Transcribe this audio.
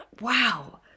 Wow